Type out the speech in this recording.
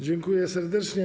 Dziękuję serdecznie.